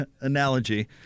analogy